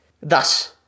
Thus